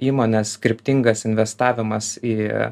įmonės kryptingas investavimas į